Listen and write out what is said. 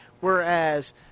whereas